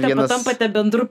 ir kartais vienas